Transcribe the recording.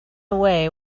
away